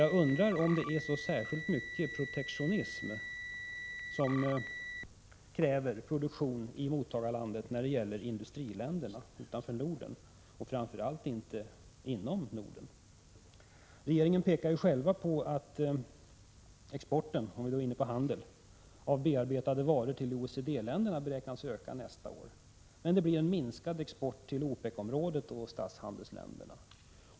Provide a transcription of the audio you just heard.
Jagtrorinte att det är så särskilt mycket protektionism som kräver produktion i mottagarlandet när det gäller industriländerna utanför Norden — och framför allt inte inom Norden. Regeringen pekar ju själv på att exporten av bearbetade varor till OECD-länderna beräknas öka nästa år. Men det blir en minskad export till OPEC-området och statshandelsländerna.